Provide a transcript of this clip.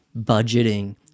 budgeting